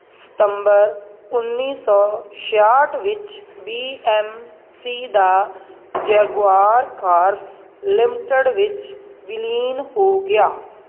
ਸਤੰਬਰ ਉੱਨੀ ਸੌ ਛਿਆਹਠ ਵਿੱਚ ਬੀ ਐੱਮ ਸੀ ਦਾ ਜੈਗੁਆਰ ਕਾਰਸ ਲਿਮਟਿਡ ਵਿੱਚ ਵਿਲੀਨ ਹੋ ਗਿਆ